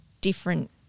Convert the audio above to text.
different